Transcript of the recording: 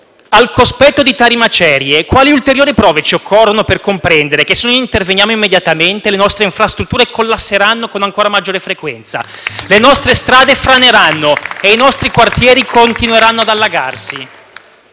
al cospetto di tali macerie, quali ulteriori prove ci occorrono per comprendere che, se non interveniamo immediatamente, le nostre infrastrutture collasseranno con ancora maggiore frequenza, le nostre strade franeranno e i nostri quartieri continueranno ad allagarsi?